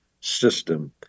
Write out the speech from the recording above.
system